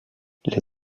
les